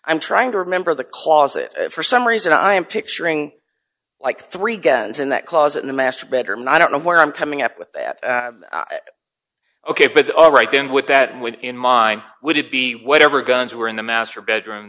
i'm trying to remember the closet for some reason i am picturing like three guns in that closet in the master bedroom and i don't know where i'm coming up with that ok but all right then with that in mind would it be whatever guns were in the master bedroom